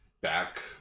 back